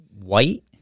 white